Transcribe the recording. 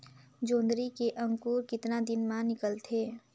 जोंदरी के अंकुर कतना दिन मां निकलथे?